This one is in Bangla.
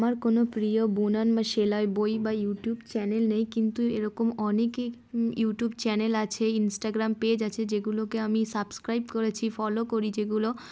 আমার কোনো প্রিয় বুনন বা সেলাই বই বা ইউটিউব চ্যানেল নেই কিন্তু এরকম অনেকেই ইউটিউব চ্যানেল আছে ইনসটাগ্রাম পেজ আছে যেগুলোকে আমি সাবস্ক্রাইব করেছি ফলো করি যেগুলো